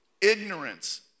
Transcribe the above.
ignorance